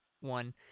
one